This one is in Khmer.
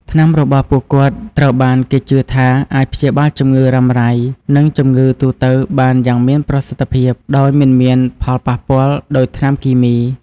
ថ្នាំរបស់ពួកគាត់ត្រូវបានគេជឿថាអាចព្យាបាលជំងឺរ៉ាំរ៉ៃនិងជំងឺទូទៅបានយ៉ាងមានប្រសិទ្ធភាព ដោយមិនមានផលប៉ះពាល់ដូចថ្នាំគីមី។